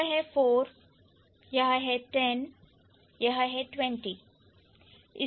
यह है 4 और यह है 10 और यह है 20